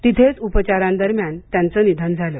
तिथेच उपचारादरम्यान त्यांचं निधन झालं